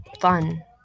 fun